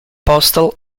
postal